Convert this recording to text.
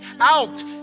out